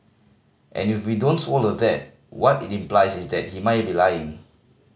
and if we don't swallow that what it implies is that he may be lying